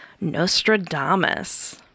Nostradamus